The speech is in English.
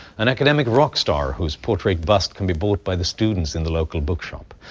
an academic rock star whose portrait bust can be bought by the students in the local bookshop.